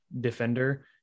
defender